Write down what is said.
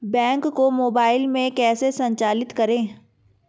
Bank को mobile में कैसे संचालित करें?